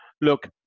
look